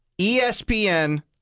ESPN